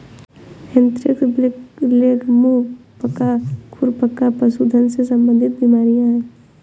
anthrax, blackleg, मुंह पका, खुर पका पशुधन से संबंधित बीमारियां हैं